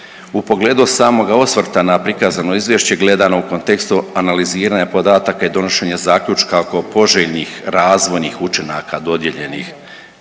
U pogledu samoga osvrta na prikazano Izvješće gledano u kontekstu analiziranja podataka i donošenje zaključka oko poželjnih razvojnih učinaka dodijeljenih